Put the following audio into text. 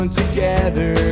together